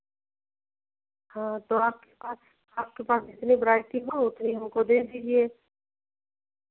हाँ तो आपके पास आपके पास जितनी वरायटी हैं उतनी हमको दे दीजिए